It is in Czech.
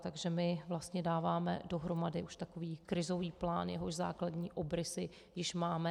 Takže my vlastně dáváme dohromady už takový krizový plán, jehož základní obrysy již máme.